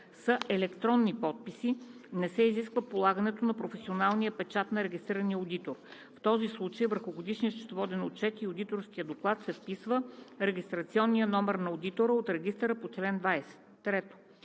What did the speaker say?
са електронни подписи не се изисква полагането на професионалния печат на регистрирания одитор. В този случай върху годишния счетоводен отчет и одиторския доклад се вписва регистрационният номер на одитора от регистъра по чл. 20.“ 3.